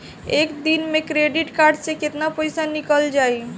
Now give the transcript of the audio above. एक दिन मे क्रेडिट कार्ड से कितना पैसा निकल जाई?